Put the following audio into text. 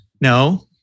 No